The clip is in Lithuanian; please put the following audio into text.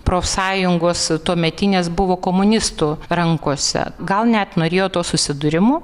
profsąjungos tuometinės buvo komunistų rankose gal net norėjo to susidūrimo